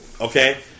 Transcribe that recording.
Okay